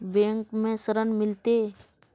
Bank में ऋण मिलते?